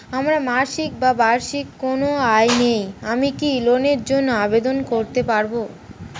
আমার মাসিক বা বার্ষিক কোন আয় নেই আমি কি লোনের জন্য আবেদন করতে পারব?